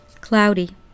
Cloudy